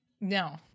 No